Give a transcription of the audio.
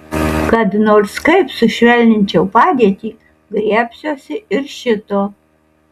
kad nors kaip sušvelninčiau padėtį griebsiuosi ir šito